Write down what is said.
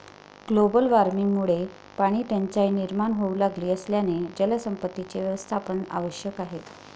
global वॉर्मिंगमुळे पाणीटंचाई निर्माण होऊ लागली असल्याने जलसंपत्तीचे व्यवस्थापन आवश्यक आहे